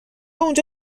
اونجا